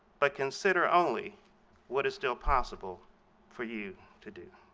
but consider only what is still possible for you to do.